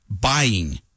buying